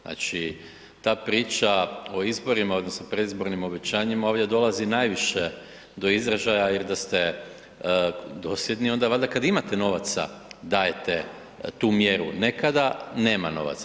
Znači ta priča o izborima odnosno predizbornim obećanjima ovdje dolazi najviše do izražaja jer da ste dosljedni onda valjda kada imate novaca dajete tu mjeru, ne kada nema novaca.